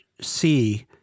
see